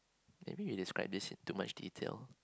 maybe we describe this in too much detail